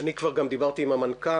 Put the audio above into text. אני כבר גם דיברתי עם המנכ"ל.